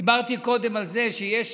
דיברתי קודם על זה שיש